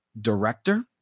director